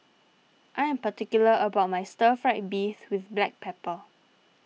I am particular about my Stir Fried Beef with Black Pepper